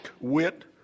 wit